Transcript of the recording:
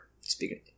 Speaking